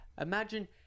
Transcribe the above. Imagine